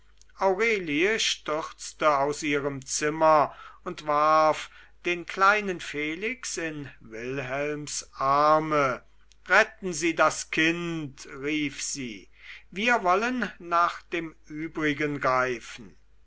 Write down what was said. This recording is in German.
aurelie stürzte aus ihrem zimmer und warf den kleinen felix in wilhelms arme retten sie das kind rief sie wir wollen nach dem übrigen greifen